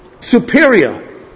superior